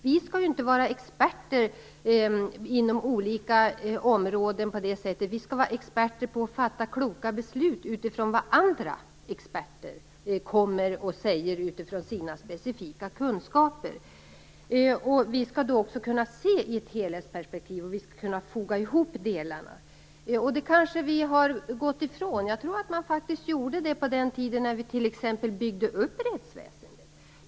Vi skall inte vara experter på olika områden, utan vi skall vara experter på att fatta kloka beslut utifrån vad andra experter, med sina specifika kunskaper, kommer och säger. Vi skall då också kunna se saker i ett helhetsperspektiv och kunna foga ihop delarna. Detta kanske vi har gått ifrån. På den tiden när vi byggde upp rättsväsendet gjorde vi faktiskt så här.